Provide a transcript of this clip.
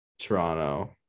Toronto